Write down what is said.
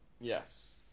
Yes